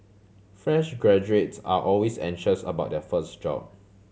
fresh graduates are always anxious about their first job